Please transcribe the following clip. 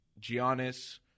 giannis